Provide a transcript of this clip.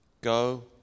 Go